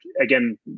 again